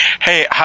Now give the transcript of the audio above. Hey